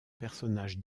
personnage